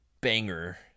banger